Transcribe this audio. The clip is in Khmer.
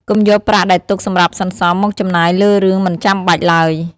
កុំយកប្រាក់ដែលទុកសម្រាប់សន្សំមកចំណាយលើរឿងមិនចាំបាច់ឡើយ។